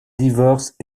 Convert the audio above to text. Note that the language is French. divorce